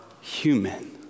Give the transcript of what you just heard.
human